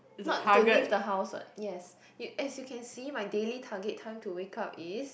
no to leave the house what yes you as you can see my daily target time to wake up is